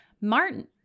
Martin